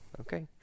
okay